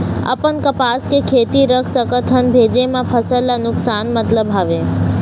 अपन कपास के खेती रख सकत हन भेजे मा फसल ला नुकसान मतलब हावे?